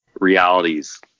realities